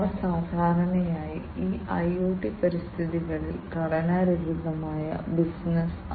ഇത് ഒരു smart sensor ആയതിനാൽ ഒരു ഇന്റലിജന്റ് സെൻസർ അത് സ്വന്തമായി കാര്യങ്ങൾ ചെയ്യണം